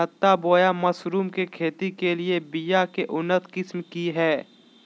छत्ता बोया मशरूम के खेती के लिए बिया के उन्नत किस्म की हैं?